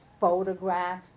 photograph